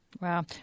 Wow